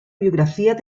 biografías